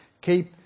keep